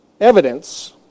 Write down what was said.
evidence